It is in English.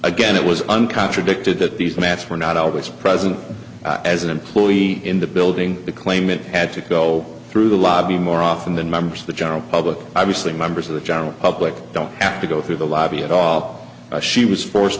again it was unconscious dictated that these mats were not always present as an employee in the building the claimant had to go through the lobby more often than members of the general public obviously members of the general public don't have to go through the lobby at all she was forced